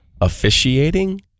officiating